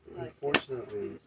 Unfortunately